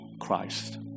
Christ